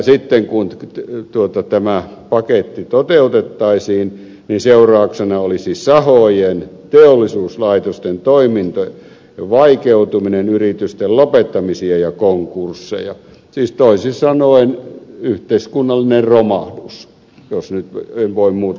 sitten kun tämä paketti toteutettaisiin niin seurauksena olisi sahojen teollisuuslaitosten toimintojen vaikeutuminen yritysten lopettamisia ja konkursseja siis toisin sanoen yhteiskunnallinen romahdus jos nyt en voi muuta sanoa